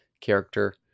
character